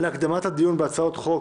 יושב-ראש ועדת העבודה והרווחה